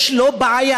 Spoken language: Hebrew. יש לו בעיה,